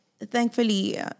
Thankfully